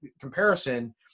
comparison